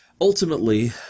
Ultimately